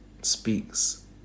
speaks